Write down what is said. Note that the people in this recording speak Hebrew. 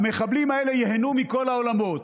המחבלים האלה ייהנו מכל העולמות.